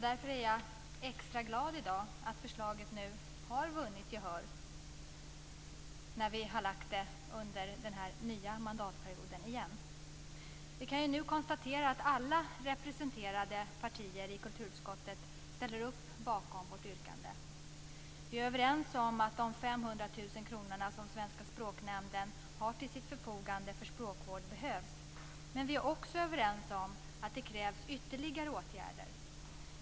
Därför är jag extra glad i dag över att förslaget, nu när vi har lagt fram det igen under den nya mandatperioden, har vunnit gehör. Vi kan konstatera att alla representerade partier i kulturutskottet ställer upp bakom vårt yrkande. Vi är överens om att de 500 000 kronorna som Svenska språknämnden har till sitt förfogande för språkvård behövs. Vi är också överens om att det krävs ytterligare åtgärder.